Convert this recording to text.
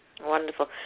Wonderful